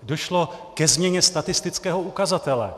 Došlo ke změně statistického ukazatele.